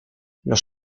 los